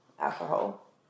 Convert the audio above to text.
alcohol